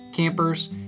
Campers